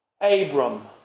Abram